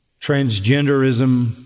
transgenderism